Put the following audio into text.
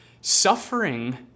suffering